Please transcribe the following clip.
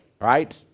right